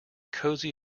cosy